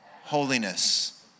holiness